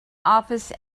office